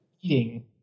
eating